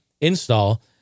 install